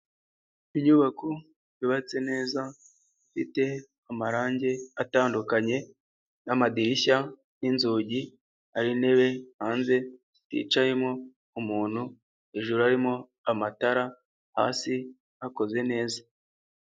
Inyubako yubatse neza ifite amarangi atandukanye n'amadirishya n'inzugi, hari intebe hanze hicayemo umuntu, hejuru harimo amatara hasi hakoze neza.